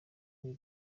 muri